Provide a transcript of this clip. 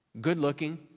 good-looking